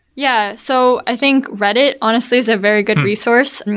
yeah. so i think reddit, honestly, is a very good resource.